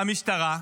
על המשטרה,